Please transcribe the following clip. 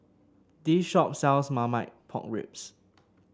this shop sells Marmite Pork Ribs